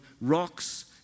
rocks